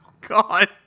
God